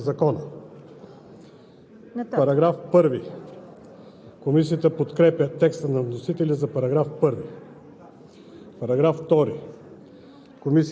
„Закон за изменение и допълнение на Закона за резерва на въоръжените сили на Република България“.“ Комисията подкрепя текста на вносителя за наименованието на Закона.